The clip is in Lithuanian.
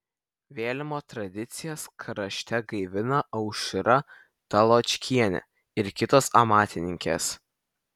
vėlimo tradicijas krašte gaivina aušra taločkienė ir kitos amatininkės